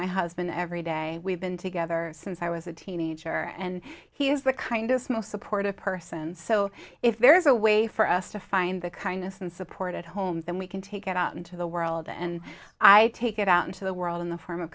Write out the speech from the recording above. my husband every day we've been together since i was a teenager and he is the kindest most supportive person so if there is a way for us to find the kindness and support at home then we can take it out into the world and i take it out into the world in the form of